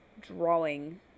drawing